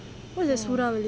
quite like tsunami